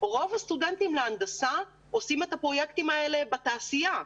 רוב הסטודנטים להנדסה עושים את הפרויקטים האלה בתעשייה,